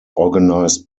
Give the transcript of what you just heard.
organized